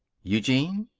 eugene?